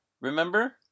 Remember